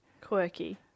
Quirky